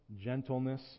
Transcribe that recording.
gentleness